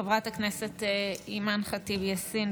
חברת הכנסת אימאן ח'טיב יאסין,